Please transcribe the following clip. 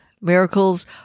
Miracles